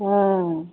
हॅं